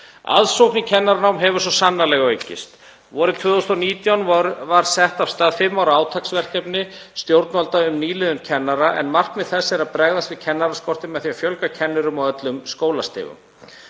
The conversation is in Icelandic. Aðsókn í kennaranám hefur svo sannarlega aukist. Vorið 2019 var sett af stað fimm ára átaksverkefni stjórnvalda um nýliðun kennara en markmið þess er að bregðast við kennaraskorti með því að fjölga kennurum á öllum skólastigum.